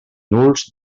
nuls